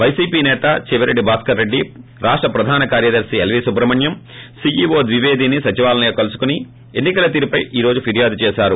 పైసీపీ సేత చెవిరెడ్లి భాస్కర్ రెడ్లి రాష్ట ప్రధాన కార్యదర్తి ఎల్వీ సుబ్రహ్మణ్యం సీఈవో ద్విపేదిని సచివాలయంలో కలుసుకుని ఎన్ని కల తీరుపై ఈ రోజు పిర్యాదు చేసారు